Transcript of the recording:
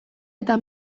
eta